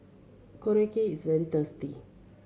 korokke is very